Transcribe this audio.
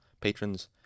patrons